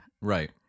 Right